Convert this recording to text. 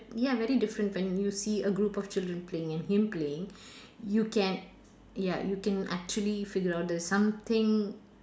ya very different when you see a group of children playing and him playing you can ya you can actually figure out that something